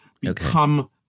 become